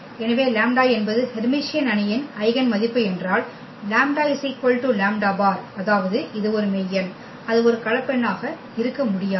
எனவே λ என்பது ஹெர்மிசியன் அணியின் ஐகென் மதிப்பு என்றால் λ λ̅ அதாவது இது ஒரு மெய் எண் அது ஒரு கலப்பெண்ணாக இருக்க முடியாது